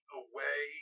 away